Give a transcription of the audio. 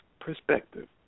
perspective